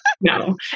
no